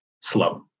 slow